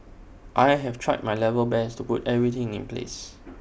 I have tried my level best to put everything in place